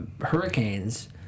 hurricanes